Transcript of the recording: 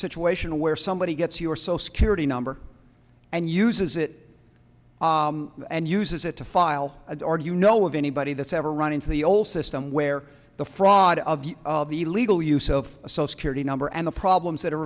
situation where somebody gets you or so security number and uses it and uses it to file or do you know of anybody that's ever run into the old system where the fraud of the of the legal use of a cell security number and the problems that are